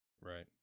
right